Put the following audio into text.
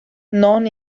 non